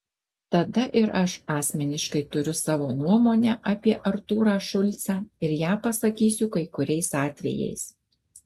tada ir aš asmeniškai turiu savo nuomonę apie artūrą šulcą ir ją pasakysiu kai kuriais atvejais